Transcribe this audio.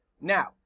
Now